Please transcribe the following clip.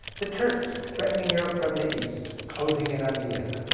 the turks were threatening europe from the east, closing in on vienna.